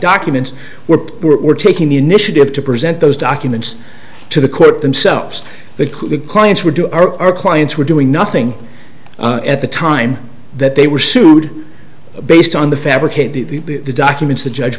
documents were were taking the initiative to present those documents to the court themselves the clients were to our clients were doing nothing at the time that they were sued based on the fabricated the documents the judge